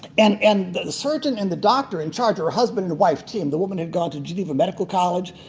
and and the the surgeon and the doctor in charge are a husband and wife team. the woman had gone to geneva medical college.